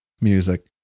music